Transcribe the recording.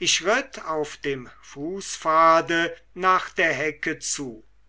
ich ritt auf dem fußpfade nach der hecke zu